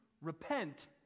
repent